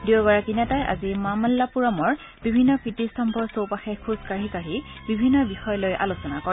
দুয়োগৰাকী নেতাই আজি মামল্লাপুৰমৰ বিভিন্ন কীৰ্তিস্তভ্ৰ চৌপাশে খোজ কাঢ়ি কাঢ়ি বিভিন্ন বিষয় লৈ আলোচনা কৰে